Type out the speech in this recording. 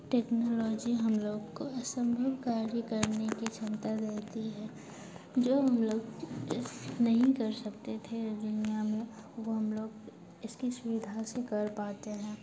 technology हम लोग को असंभव कार्य करने की क्षमता देती है जो हम लोग जैसे नहीं कर सकते थे इस दुनियाँ में वो हम लोग इसकी सुविधा से कर पाते हैं